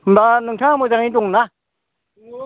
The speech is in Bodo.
होमबा नोंथांआ मोजाङै दंना